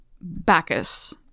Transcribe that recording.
Bacchus